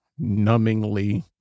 numbingly